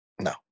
No